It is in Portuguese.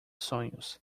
sonhos